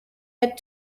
had